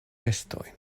vestojn